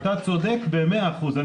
אתה צודק במאה אחוז.